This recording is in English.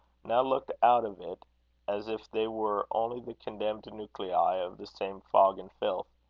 now looked out of it as if they were only the condensed nuclei of the same fog and filth.